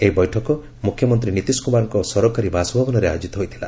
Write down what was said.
ଏହି ବୈଠକ ମୁଖ୍ୟମନ୍ତ୍ରୀ ନିତିଶ କୁମାରଙ୍କ ସରକାରୀ ବାସଭବନରେ ଆୟୋଜିତ ହୋଇଥିଲା